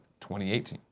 2018